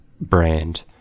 brand